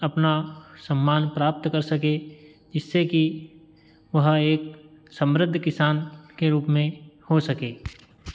अपना सम्मान प्राप्त कर सकें जिससे कि वह एक समृद्ध किसान के रूप में हो सके